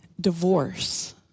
divorce